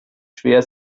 schwer